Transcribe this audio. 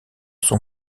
son